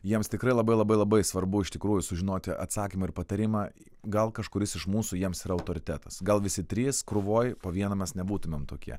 jiems tikrai labai labai labai svarbu iš tikrųjų sužinoti atsakymą ar patarimą gal kažkuris iš mūsų jiems yra autoritetas gal visi trys krūvoj po vieną mes nebūtumėm tokie